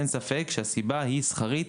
שהסיבה היא שכרית,